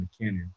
McKinnon